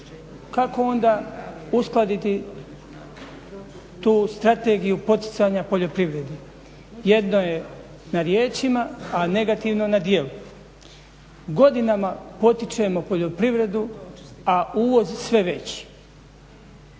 Kako onda uskladiti tu strategiju poticanja poljoprivredi? Jedno je na riječima, a negativno na djelu. Godinama potičemo poljoprivredu, a uvoz je sve veći.